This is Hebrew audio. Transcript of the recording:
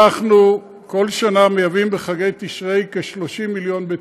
אנחנו כל שנה מייבאים בחגי תשרי כ-30 מיליון ביצים.